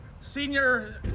senior